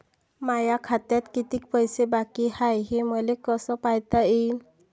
माया खात्यात कितीक पैसे बाकी हाय हे मले कस पायता येईन?